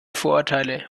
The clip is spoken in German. vorurteile